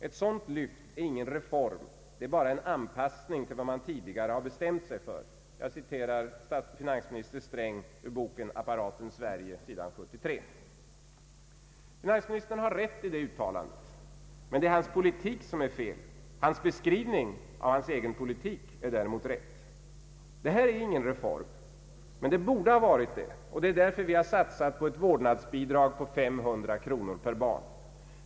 Ett sådant lyft är ingen reform, det är bara en anpassning till vad man tidigare har bestämt sig för.” Finansministern har rätt i det uttalandet. Hans politik är fel, men hans beskrivning av hans egen politik är rätt. Detta är ingen reform, men det borde ha varit det. Det är därför vi har satsat på ett vårdnadsbidrag på 500 kronor per barn.